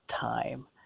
time